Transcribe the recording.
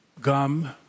gum